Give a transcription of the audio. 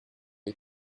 est